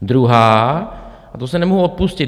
Druhá, a tu se nemohu odpustit.